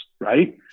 right